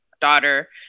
daughter